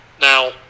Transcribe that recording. Now –